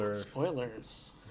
Spoilers